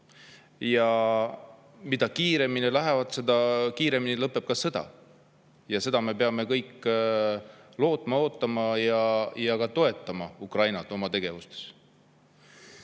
Ja mida kiiremini lähevad, seda kiiremini lõpeb sõda. Me peame kõik seda lootma ja ootama ning ka toetama Ukrainat oma tegevustes.